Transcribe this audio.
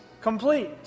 complete